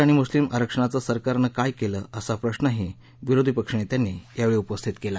धनगर आणि मुस्लिम आरक्षणाचं सरकारने काय केलं असा प्रश्नही विरोधी पक्षनेत्यांनी यावेळी उपस्थित केला